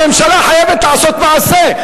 הממשלה חייבת לעשות מעשה.